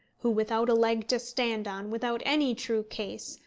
who, without a leg to stand on, without any true case,